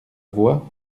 vois